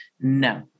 no